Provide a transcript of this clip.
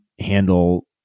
handle